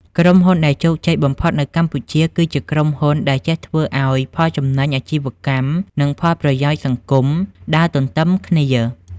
ក្រុមហ៊ុនដែលជោគជ័យបំផុតនៅកម្ពុជា គឺជាក្រុមហ៊ុនដែលចេះធ្វើឱ្យ "ផលចំណេញអាជីវកម្ម" និង "ផលប្រយោជន៍សង្គម" ដើរទន្ទឹមគ្នា។